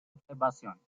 observación